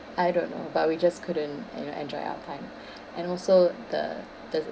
I don't know but we just couldn't you know enjoy our time and also the the